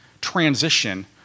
transition